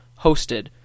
hosted